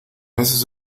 haces